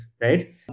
right